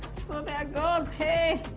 so there goes, hey!